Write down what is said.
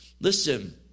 listen